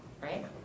Right